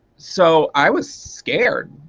so i was scared,